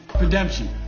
Redemption